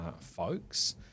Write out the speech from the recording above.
folks